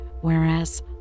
whereas